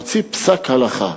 מוציא פסק הלכה,